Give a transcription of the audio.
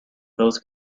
both